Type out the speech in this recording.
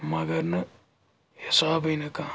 مگر نہٕ حسابٕے نہٕ کانٛہہ